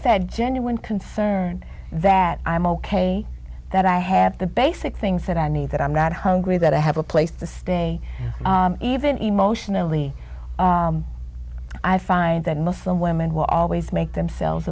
said genuine concern that i'm ok that i have the basic things that i need that i'm not hungry that i have a place to stay even emotionally i find that muslim women will always make themselves